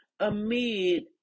amid